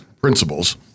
principles